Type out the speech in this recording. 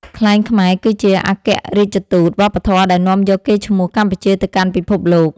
ខ្លែងខ្មែរគឺជាឯកអគ្គរាជទូតវប្បធម៌ដែលនាំយកកេរ្តិ៍ឈ្មោះកម្ពុជាទៅកាន់ពិភពលោក។